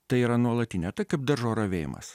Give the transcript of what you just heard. tai yra nuolatinė tai kaip daržo ravėjimas